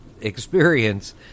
experience